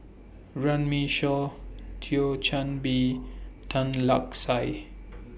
Runme Shaw Thio Chan Bee Tan Lark Sye